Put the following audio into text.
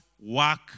work